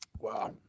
Wow